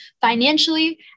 financially